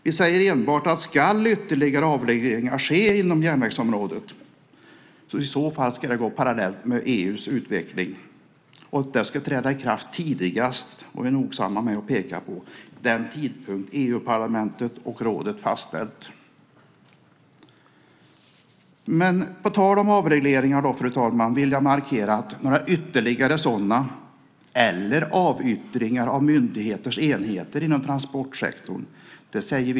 Vi säger enbart att ska ytterligare avregleringar ske inom järnvägsområdet ska det i så fall gå parallellt med EU:s utveckling och träda i kraft tidigast, det är vi nogsamma med att peka på, vid den tidpunkt EU-parlamentet och rådet fastställt. På tal om avregleringar, fru talman, vill jag markera att vi från majoriteten säger nej till några ytterligare sådana eller avyttringar av myndigheters enheter inom transportsektorn.